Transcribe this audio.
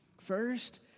First